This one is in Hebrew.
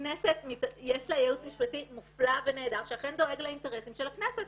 לכנסת יש ייעוץ משפטי מופלא ונהדר שאכן דואג לאינטרסים של הכנסת.